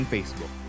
Facebook